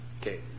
Okay